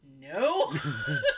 no